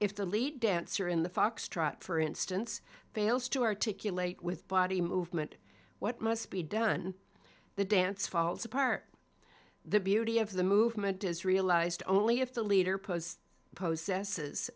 if the lead dancer in the foxtrot for instance fails to articulate with body movement what must be done the dance falls apart the beauty of the movement is realized only if the leader pose pose